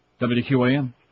WQAM